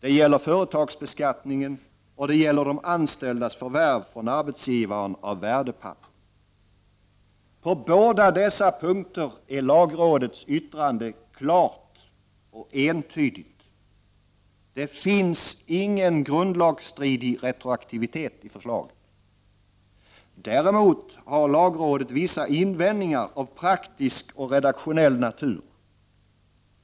Det gäller företagsbeskattningen och anställdas förvärv från arbetsgivaren av värdepapper. På båda dessa punkter är lagrådets besked klart och entydigt: Det finns ingen grundlagsstridig retroaktivitet i förslaget. Däremot har lagrådet vissa invändningar av praktisk och redaktionell natur.